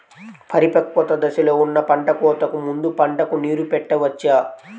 పరిపక్వత దశలో ఉన్న పంట కోతకు ముందు పంటకు నీరు పెట్టవచ్చా?